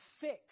fix